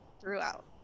throughout